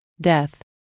death